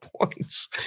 points